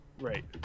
Right